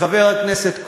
חבר הכנסת כהן,